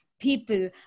people